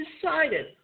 decided